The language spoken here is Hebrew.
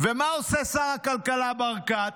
ומה עושה שר הכלכלה ברקת?